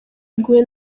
iguye